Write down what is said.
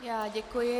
Já děkuji.